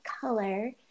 color